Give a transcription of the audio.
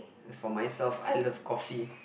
as for myself I love coffee